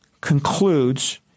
concludes